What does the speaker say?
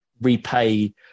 repay